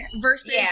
Versus